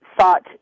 sought